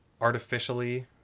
artificially